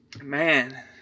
man